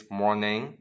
morning